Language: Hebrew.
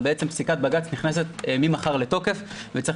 אבל בעצם פסיקת בג"ץ נכנסת ממחר לתוקף וצריך